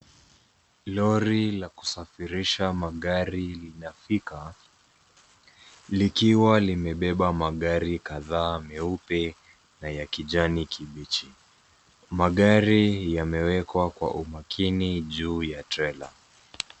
Lori la kusafirisha magari linafika likiwa limebeba magari kadhaa meupe na ya kijani kibichi. Magari yamewekwa kwa umakini juu ya trela.